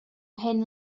hyn